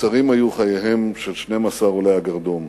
קצרים היו חייהם של 12 עולי הגרדום,